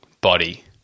body